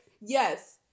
Yes